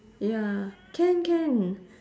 ya can can